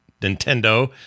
Nintendo